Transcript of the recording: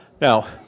Now